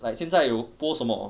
like 现在有播什么